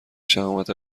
شهامت